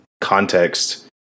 context